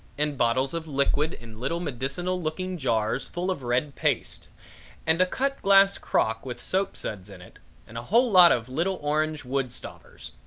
and bottles of liquid and little medicinal looking jars full of red paste and a cut glass crock with soap suds in it and a whole lot of little orange wood stobbers.